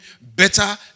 better